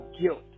guilt